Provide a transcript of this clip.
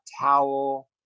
towel